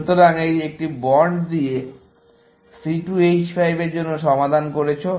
সুতরাং তুমি একটি বন্ড দিয়ে C2 H5 এর জন্য সমাধান করেছো